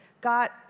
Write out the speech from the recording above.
got